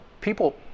people